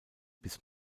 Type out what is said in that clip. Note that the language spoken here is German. bis